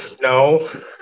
No